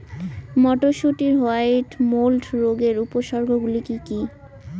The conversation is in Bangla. মটরশুটির হোয়াইট মোল্ড রোগের উপসর্গগুলি কী কী?